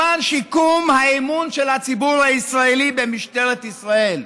למען שיקום האמון של הציבור הישראלי במשטרת ישראל,